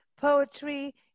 poetry